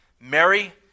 Mary